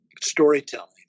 storytelling